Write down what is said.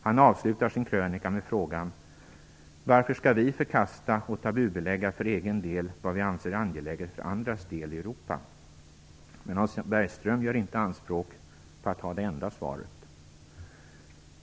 Han avslutar sin krönika med frågan: "Varför ska vi förkasta och tabubelägga för egen del vad vi anser angeläget för andras del i Europa?" Hans Bergström gör inte anspråk på att ha det enda svaret.